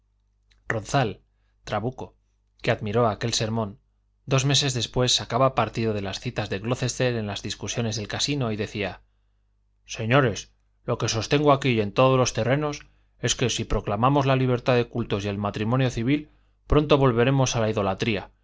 ronzal trabuco que admiró aquel sermón dos meses después sacaba partido de las citas de glocester en las discusiones del casino y decía señores lo que sostengo aquí y en todos los terrenos es que si proclamamos la libertad de cultos y el matrimonio civil pronto volveremos a la idolatría